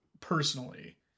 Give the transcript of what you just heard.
personally